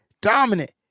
Dominant